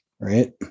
Right